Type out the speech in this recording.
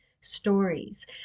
stories